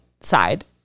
side